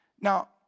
Now